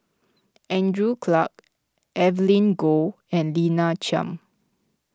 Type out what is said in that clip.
Andrew Clarke Evelyn Goh and Lina Chiam